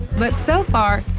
but so far,